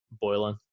Boiling